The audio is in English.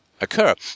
occur